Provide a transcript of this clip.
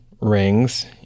rings